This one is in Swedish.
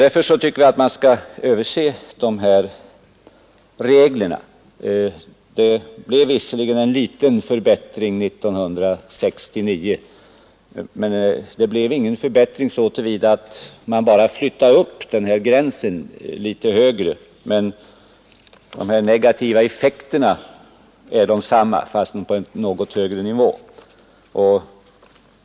Därför anser vi att reglerna skall ses över. Det blev visserligen en liten förbättring 1969, men den åstadkoms genom att man flyttade gränsen litet högre än tidigare. De negativa effekterna är emellertid desamma som tidigare, fastän på en något högre nivå.